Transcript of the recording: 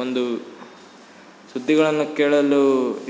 ಒಂದು ಸುದ್ದಿಗಳನ್ನ ಕೇಳಲು